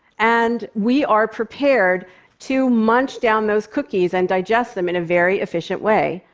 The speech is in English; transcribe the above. and we are prepared to munch down those cookies and digest them in a very efficient way,